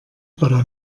però